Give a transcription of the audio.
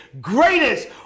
greatest